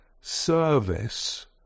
service